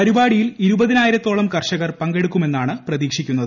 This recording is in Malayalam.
പരിപാടിയിൽ ഇരുപതിനായിരത്തോളം കർഷകർ പങ്കെടുക്കുമെന്നാണ് പ്രതീക്ഷിക്കുന്നത്